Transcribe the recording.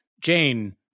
Jane